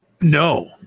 No